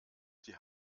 die